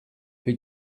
who